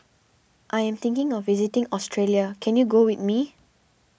I am thinking of visiting Australia can you go with me